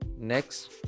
next